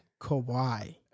Kawhi